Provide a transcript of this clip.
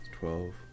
twelve